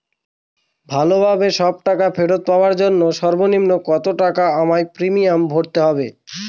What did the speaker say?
ভালোভাবে সব টাকা ফেরত পাওয়ার জন্য সর্বনিম্ন কতটাকা আমায় প্রিমিয়াম ভরতে হবে?